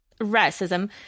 racism